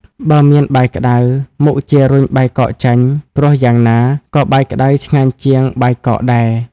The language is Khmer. បើមានបាយក្ដៅ មុខជារុញបាយកកចេញ ព្រោះយ៉ាងណា ក៏បាយក្ដៅឆ្ងាញ់ជាងបាយកកដែរ។